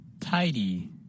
Tidy